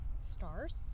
Stars